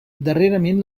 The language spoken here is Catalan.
darrerament